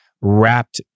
wrapped